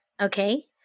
okay